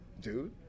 Dude